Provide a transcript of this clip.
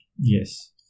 yes